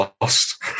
lost